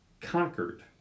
conquered